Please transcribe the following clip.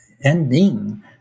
ending